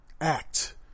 act